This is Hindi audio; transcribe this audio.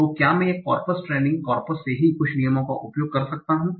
तो क्या मैं एक कॉर्पस ट्रेनिंग कॉर्पस से ही कुछ नियमों का उपयोग कर सकता हूं